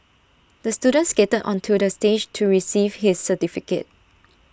the student skated onto the stage to receive his certificate